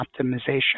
optimization